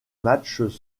matches